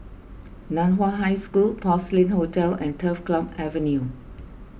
Nan Hua High School Porcelain Hotel and Turf Club Avenue